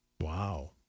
Wow